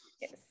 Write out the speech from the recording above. Yes